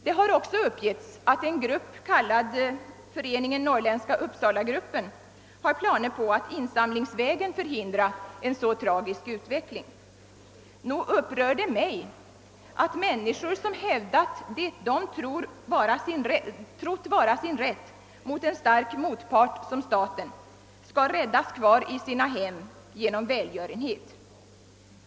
Det har också uppgetts att en grupp kallad Föreningen Norrländska Uppsalagruppen har planer på att insamlingsvägen förhindra en så tragisk utveckling. Nog upprör det mig att människor som hävdat vad de trott vara sin rätt mot en så stark motpart som staten skall räddas kvar i sina hem genom välgörenhet.